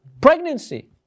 pregnancy